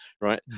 right